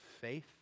faith